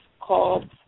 called